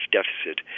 deficit